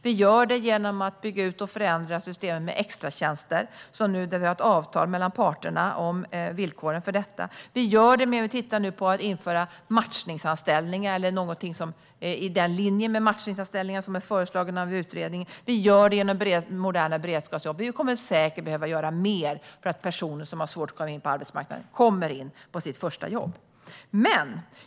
Vi bygger ut och förändrar systemet med extratjänster. Här har vi nu ett avtal mellan parterna om villkoren för detta. Vi tittar på att införa matchningsanställningar eller något i linje med de matchningsanställningar som är föreslagna av utredningen, och vi skapar moderna beredskapsjobb. Vi kommer säkert att behöva göra mer för att personer som har svårt att komma in på arbetsmarknaden ska komma in på sitt första jobb.